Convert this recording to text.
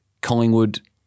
Collingwood